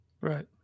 Right